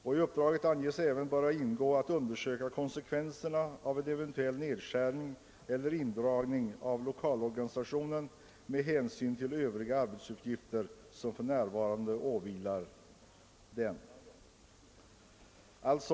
I uppdraget anges även böra ingå att undersöka konsekvenserna av en eventuell nedskärning eller indragning av lokalorganisationen med hänsyn till de övriga arbetsuppgifter som för närvarande åvilar den.